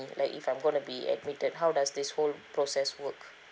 like if I'm gonna be admitted how does this whole process work